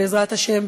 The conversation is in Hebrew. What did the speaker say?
בעזרת השם,